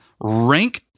rank